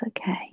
okay